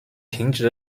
停止